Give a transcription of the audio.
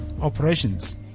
operations